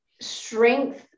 strength